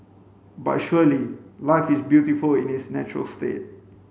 but surely life is beautiful in its natural state